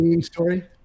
story